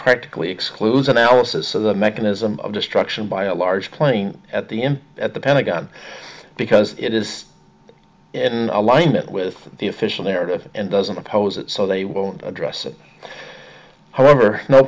practically excludes analysis of the mechanism of destruction by a large plane at the inn at the pentagon because it is in alignment with the official narrative and doesn't oppose it so they won't address it however no